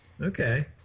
Okay